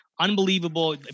unbelievable